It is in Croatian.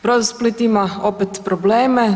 Brodosplit“ ima opet probleme.